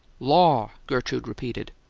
law, gertrude repeated.